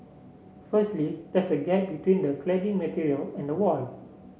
firstly there's a gap between the cladding material and wall